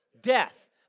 Death